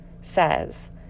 says